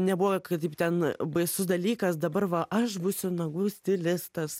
nebuvo kaip ten baisus dalykas dabar va aš būsiu nagų stilistas